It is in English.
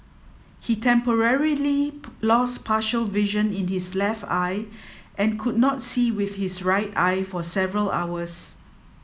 he temporarily lost partial vision in his left eye and could not see with his right eye for several hours